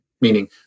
meaning